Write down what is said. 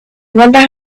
wonder